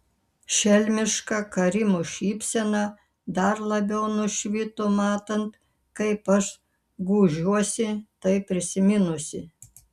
šelmiška karimo šypsena dar labiau nušvito matant kaip aš gūžiuosi tai prisiminusi